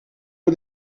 heu